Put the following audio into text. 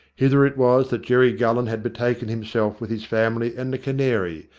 hither it was that jerry gullen had betaken himself with his family and the canary,